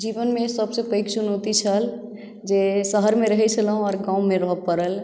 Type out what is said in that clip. जीवनमे सभसँ पैघ चुनौती छल जे शहरमे रहै छलहुँ आ गाँवमे रहय पड़ल